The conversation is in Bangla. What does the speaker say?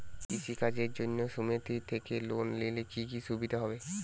কৃষি কাজের জন্য সুমেতি থেকে লোন নিলে কি কি সুবিধা হবে?